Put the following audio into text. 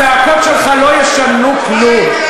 הצעקות שלך לא ישנו כלום.